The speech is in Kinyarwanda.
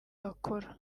bakora